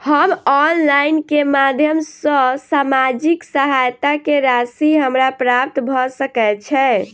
हम ऑनलाइन केँ माध्यम सँ सामाजिक सहायता केँ राशि हमरा प्राप्त भऽ सकै छै?